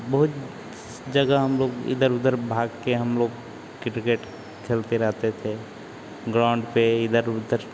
बहुत जगह हमलोग इधर उधर भागकर हमलोग क्रिकेट खेलते रहते थे ग्राउन्ड पर इधर उधर